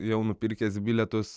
jau nupirkęs bilietus